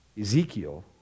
Ezekiel